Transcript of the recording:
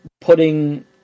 putting